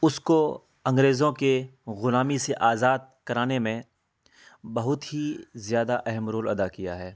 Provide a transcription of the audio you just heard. اس کو انگریزوں کے غلامی سے آزاد کرانے میں بہت ہی زیادہ اہم رول ادا کیا ہے